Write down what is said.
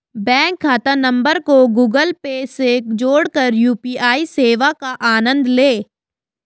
bank खाता number को Google Pay से जोड़कर यू.पी.आई सेवा का आनंद लें